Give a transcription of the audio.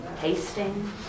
tasting